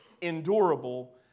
endurable